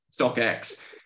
StockX